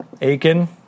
Aiken